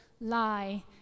lie